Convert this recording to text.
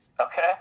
okay